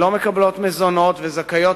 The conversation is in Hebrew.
שלא מקבלות מזונות וזכאיות,